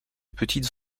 petites